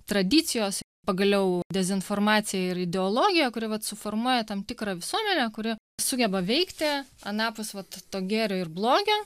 tradicijos pagaliau dezinformacija ir ideologija kuri vat suformuoja tam tikrą visuomenę kuri sugeba veikti anapus vat to gėrio ir blogio